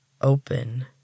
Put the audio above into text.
Open